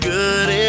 good